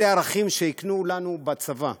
אלה ערכים שהקנו לנו בצבא,